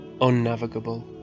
unnavigable